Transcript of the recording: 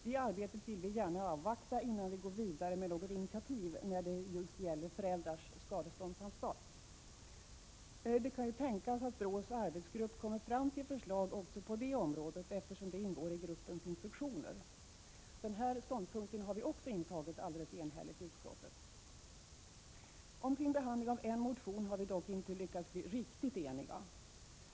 Det arbetet vill vi gärna avvakta innan vi går vidare med något initiativ när det just gäller föräldrars skadeståndsansvar. Det kan ju tänkas att BRÅ:s arbetsgrupp kommer fram till förslag också på det området, eftersom det ingår i gruppens instruktioner. Också den här ståndpunkten har vi intagit enhälligt i utskottet. Om behandlingen av en av motionerna har vi dock inte lyckats bli riktigt eniga.